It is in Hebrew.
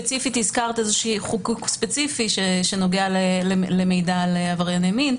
הזכרת איזה חיקוק ספציפי שנוגע למידע על עברייני מין,